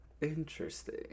Interesting